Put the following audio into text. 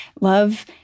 Love